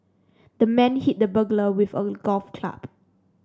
the man hit the burglar with a golf club